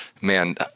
Man